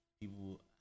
People